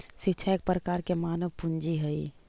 शिक्षा एक प्रकार के मानव पूंजी हइ